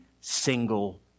single